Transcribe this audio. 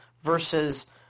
versus